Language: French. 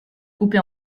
coupé